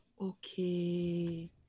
okay